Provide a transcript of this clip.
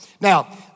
Now